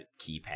keypad